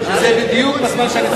זה בדיוק בזמן שאני,